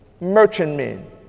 merchantmen